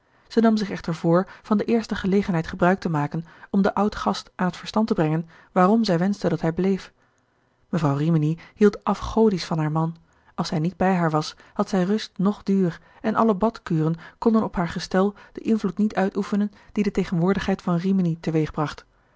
zij nam zich echter voor van de eerste gelegenheid gebruik te maken om den oudgast aan het verstand te brengen waarom zij wenschte dat hij bleef mevrouw rimini hield afgodisch van haar man als hij niet bij haar was had zij rust noch duur en alle badkuren konden op haar gestel den invloed niet uitoefenen dien de tegenwoordigheid van rimini te weeg bracht